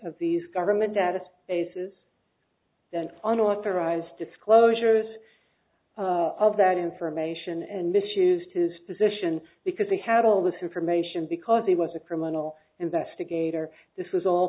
of these government data bases then unauthorized disclosures of that information and misused his position because he had all this information because he was a criminal investigator this was all